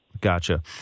Gotcha